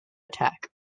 attack